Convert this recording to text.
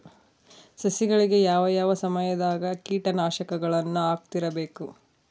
ಸಸಿಗಳಿಗೆ ಯಾವ ಯಾವ ಸಮಯದಾಗ ಕೇಟನಾಶಕಗಳನ್ನು ಹಾಕ್ತಿರಬೇಕು?